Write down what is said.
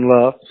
love